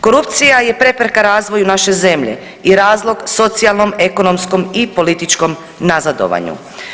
Korupcija je prepreka razvoju naše zemlje i razlog socijalnom, ekonomskom i političkom nazadovanju.